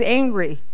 angry